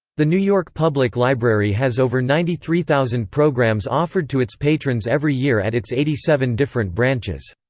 the new york public library has over ninety three thousand programs offered to its patrons every year at its eighty seven different branches.